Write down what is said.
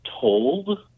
told